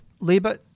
Liba